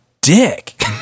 dick